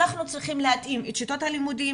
אנחנו צריכים להתאים את שיטות הלימודים